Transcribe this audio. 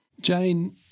Jane